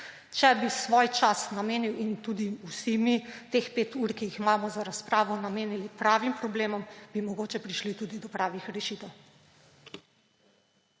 Če bi svoj čas in tudi vsi mi teh pet ur, ki jih imamo za razpravo, namenili pravim problemom, bi mogoče prišli tudi do pravih rešitev.